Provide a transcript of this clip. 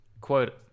quote